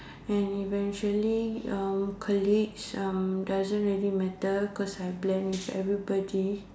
and eventually uh colleagues uh doesn't really matter because I blend with everybody